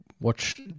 watch